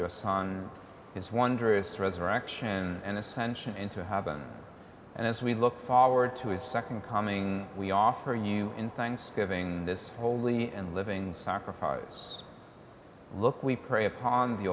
us on its wondrous resurrection and ascension into heaven and as we look forward to his second coming we offer you in thanksgiving this holy and living sacrifice look we pray upon the